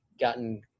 gotten